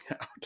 out